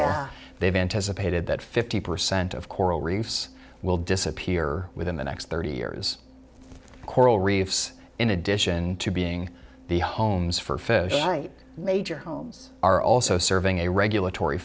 they've anticipated that fifty percent of coral reefs will disappear within the next thirty years coral reefs in addition to being the homes for fish right major homes are also serving a regulatory